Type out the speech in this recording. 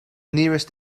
nearest